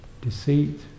deceit